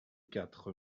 quatre